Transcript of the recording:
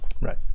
Right